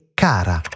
cara